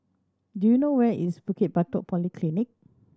do you know where is Bukit Batok Polyclinic